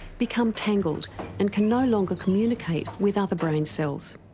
become tangled and can no longer communicate with other brain cells.